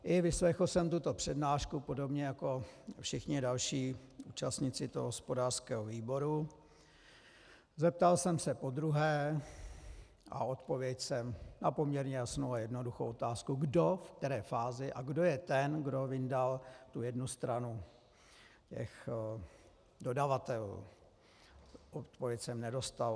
I vyslechl jsem tuto přednášku podobně jako všichni další účastníci toho hospodářského výboru, zeptal jsem se podruhé a odpověď jsem na poměrně jasnou a jednoduchou otázku, kdo, v které fázi a kdo je ten, kdo vyndal jednu stranu těch dodavatelů, opět nedostal.